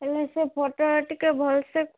ହେଲେ ସେ ଫଟୋଟା ଟିକେ ଭଲ ସେ